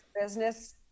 business